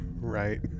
Right